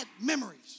memories